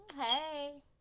Hey